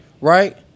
Right